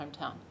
hometown